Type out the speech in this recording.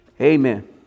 amen